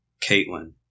Caitlin